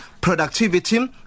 productivity